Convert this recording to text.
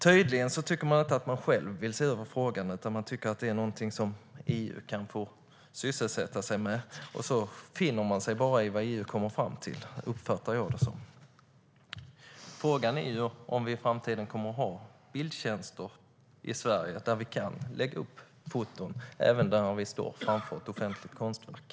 Tydligen vill man inte själv se över frågan, utan man tycker att det är någonting som EU kan få sysselsätta sig med, och så finner man sig bara i vad EU kommer fram till. Så uppfattar jag det. Frågan är om vi i framtiden kommer att ha bildtjänster i Sverige där vi kan lägga upp foton, även sådana som visar när vi står framför ett offentligt konstverk.